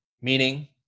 Meaning